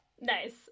nice